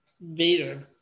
Vader